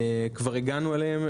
שכבר הגענו אליהם.